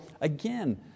again